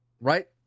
right